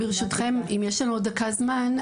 ברשותכם אם יש לנו עוד דקה זמן,